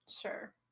Sure